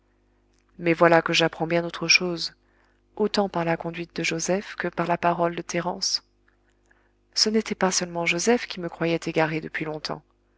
mais voilà que j'apprends bien autre chose autant par la conduite de joseph que par la parole de thérence ce n'était pas seulement joseph qui me croyait égarée depuis longtemps